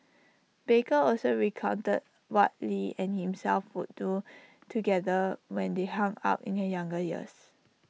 baker also recounted what lee and himself would do together when they hung out in he younger years